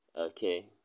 Okay